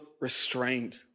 restrained